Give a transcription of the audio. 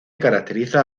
caracteriza